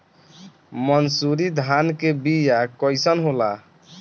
मनसुरी धान के बिया कईसन होला?